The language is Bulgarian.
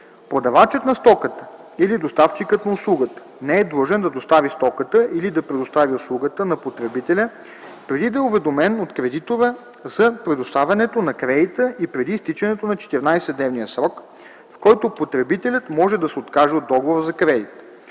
Продавачът на стоката или доставчикът на услугата не е длъжен да достави стоката или да предостави услугата на потребителя преди да е уведомен от кредитора за предоставянето на кредита и преди изтичането на 14-дневния срок, в който потребителят може да се откаже от договора за кредит.